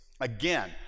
Again